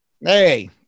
Hey